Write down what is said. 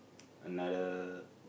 another